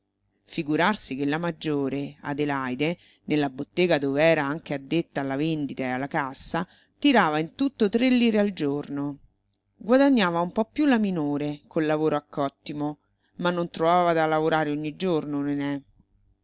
figurarsi che la maggiore adelaide nella bottega dov'era anche addetta alla vendita e alla cassa tirava in tutto tre lire al giorno guadagnava un po più la minore col lavoro a cottimo ma non trovava da lavorare ogni giorno nené